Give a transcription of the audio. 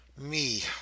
Me